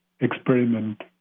experiment